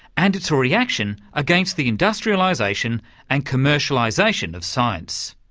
and it's a reaction against the industrialisation and commercialisation of science.